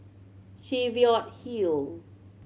Cheviot Hill